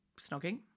snogging